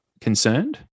concerned